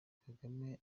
kagame